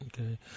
Okay